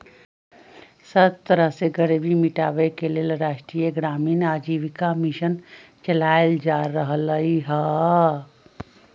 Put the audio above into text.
सब तरह से गरीबी मिटाबे के लेल राष्ट्रीय ग्रामीण आजीविका मिशन चलाएल जा रहलई ह